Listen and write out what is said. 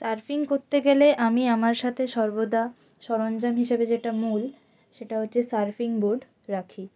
surfing করতে গেলে আমি আমার সাথে সর্বদা সরঞ্জাম হিসেবে যেটা মূল সেটা হচ্ছে সার্ফিং বোট রাখি